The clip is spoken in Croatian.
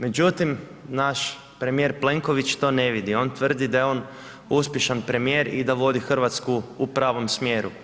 Međutim, naš premijer Plenković to ne vidi, on tvrdi da je on uspješan premijer i da vodi Hrvatsku u pravom smjeru.